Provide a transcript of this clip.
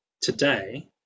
today